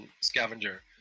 scavenger